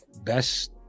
best